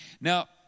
Now